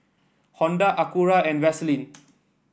Honda Acura and Vaseline